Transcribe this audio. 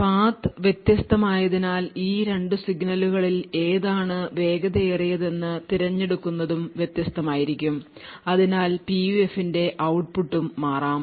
path വ്യത്യസ്തമായതിനാൽ ഈ 2 സിഗ്നലുകളിൽ ഏതാണ് വേഗതയേറിയതെന്ന് തിരഞ്ഞെടുക്കുന്നതും വ്യത്യസ്തമായിരിക്കും അതിനാൽ PUF ന്റെ ഔട്ട്പുട്ടും മാറാം